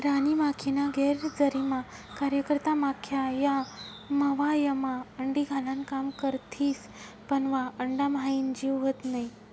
राणी माखीना गैरहजरीमा कार्यकर्ता माख्या या मव्हायमा अंडी घालान काम करथिस पन वा अंडाम्हाईन जीव व्हत नै